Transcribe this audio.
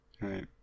Right